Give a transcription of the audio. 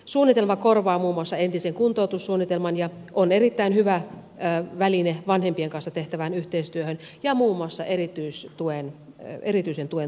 suunnitelma korvaa muun muassa entisen kuntoutussuunnitelman ja on erittäin hyvä väline vanhempien kanssa tehtävään yhteistyöhön ja muun muassa erityisen tuen toimenpiteiden huomioimiseen